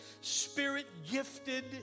Spirit-gifted